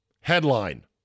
Headline